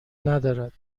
ندارد